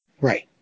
Right